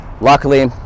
luckily